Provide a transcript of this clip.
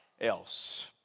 else